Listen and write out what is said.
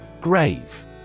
Grave